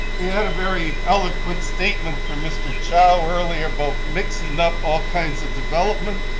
we had a very eloquent statement from mr. chow earlier about mixing up all kinds of development,